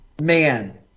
man